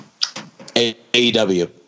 AEW